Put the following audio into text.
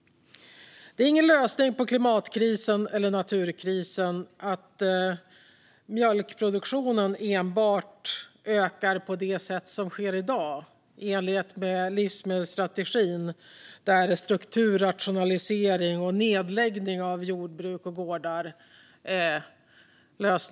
Det är ingen lösning på klimatkrisen eller naturkrisen att mjölkproduktionen ökar enbart på det sätt som sker i dag, i enlighet med livsmedelsstrategin. Där är lösningen strukturrationalisering och nedläggning av jordbruk och gårdar.